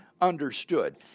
understood